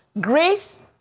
grace